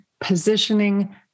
positioning